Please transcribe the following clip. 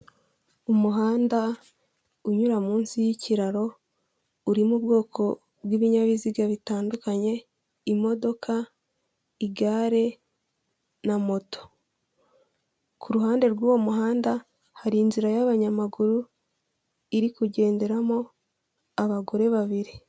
Umuhanda unyura munsi y'ikiraro urimo ubwoko bw'ibinyabiziga bitandukanye imodoka, igare na moto, ku ruhande rw'uwo muhanda hari inzira y'abanyamaguru irikugenderamo abagore babiri.